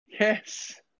Yes